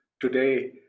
today